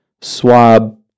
swab